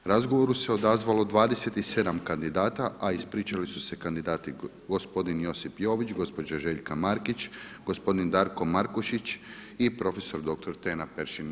Razgovoru se odazvalo 27 kandidata, a ispričali su se kandidati gospodin Josip Jović, gospođa Željka Markić, gospodin Darko Markušić i prof.dr. Tena Peršin.